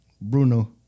Bruno